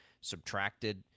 subtracted